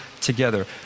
together